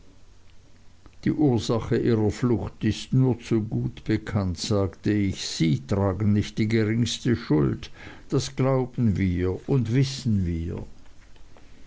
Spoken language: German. die ursache ihrer flucht ist nur zu gut bekannt sagte ich sie tragen nicht die geringste schuld das glauben wir und wissen wir